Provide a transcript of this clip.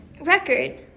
record